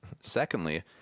secondly